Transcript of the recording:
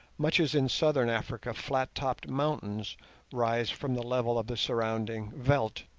much as in southern africa flat-topped mountains rise from the level of the surrounding veldt.